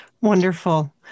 Wonderful